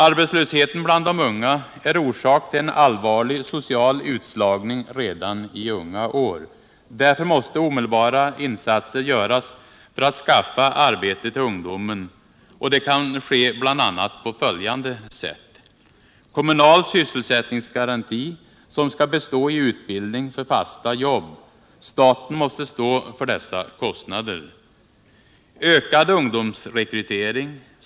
Arbetslösheten bland de unga är orsak till en allvarlig social utslagning redan i unga år. Därför måste omedelbara insatser göras för att skaffa arbete till ungdomen. Det kan ske bl. .a. på följande sätt: Kommunal sysselsättningsgaranti, som skall bestå i utbildning för fasta jobb. Staten måste stå för dessa kostnader. Ökad ungdomsrekrytering.